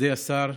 מכובדי השר,